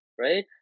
right